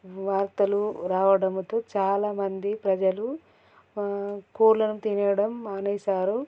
వార్తలు రావడంతో చాలామంది ప్రజలు కోళ్ళను తినేయడం మానేశారు